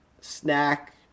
snack